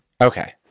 Okay